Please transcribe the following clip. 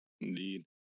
Indeed